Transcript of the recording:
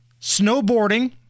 Snowboarding